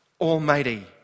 almighty